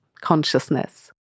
consciousness